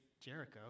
Jericho